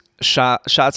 shots